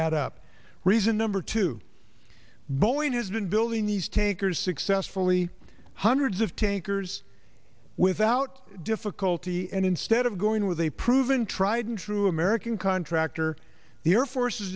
add up reason number two boeing has been building these tankers successfully hundreds of tankers without difficulty and instead of going with a proven tried and true american contractor the air force